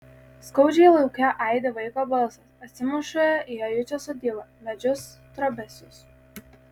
skaudžiai lauke aidi vaiko balsas atsimuša į ajučio sodybą medžius trobesius